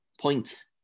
points